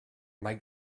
mae